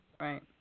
Right